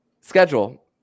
schedule